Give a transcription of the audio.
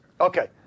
Okay